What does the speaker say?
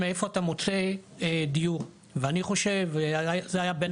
מאיפה אתה מוצא דיור ואני חושב זה היה בין